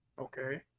Okay